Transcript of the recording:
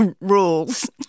rules